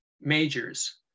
majors